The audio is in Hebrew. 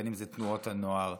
בין שזה בתנועות הנוער,